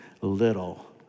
little